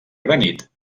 granit